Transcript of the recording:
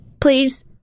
please